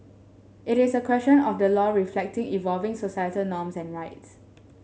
it is a question of the law reflecting evolving societal norms and rights